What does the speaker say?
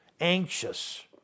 anxious